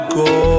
go